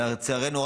לצערנו,